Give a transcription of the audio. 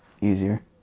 easier